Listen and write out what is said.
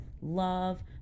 love